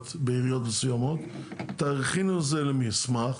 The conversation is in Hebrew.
בעיריות מסוימות תכינו את זה למסמך,